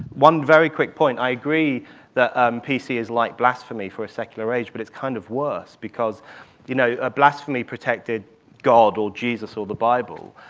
one very quick point, i agree that um p c. is like blasphemy for a secular age, but it's kind of worse because you know ah blasphemy protected god or jesus or the bible.